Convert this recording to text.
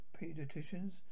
pediatricians